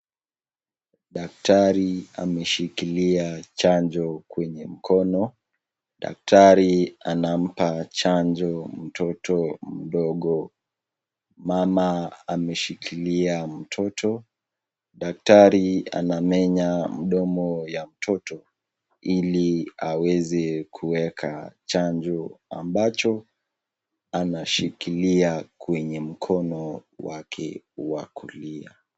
Daktari ameshikilia chanjo kwenye mkono. Daktari anampa chanjo mtoto mdogo. Mama ameshikilia mtoto, daktari anamenya mdomo ya mtoto ili aweze kuweka chanjo ambacho anashikilia kwenye mkono wake wa kulia.